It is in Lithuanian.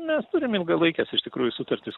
mes turim ilgalaikes iš tikrųjų sutartis